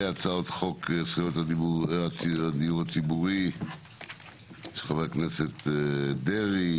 והצעות חוק הדיור הציבורי של חבר הכנסת דרעי,